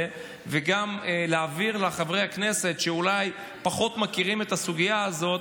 וגם להבהיר לחברי הכנסת שאולי פחות מכירים את הסוגיה הזאת,